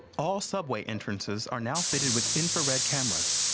all subway entrances are now fitted with infrared cameras.